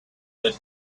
that